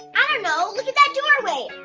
i don't know? look at that doorway!